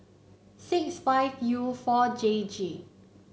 six five U four J G